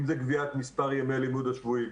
אם זה קביעת מספר ימי הלימוד השבועי,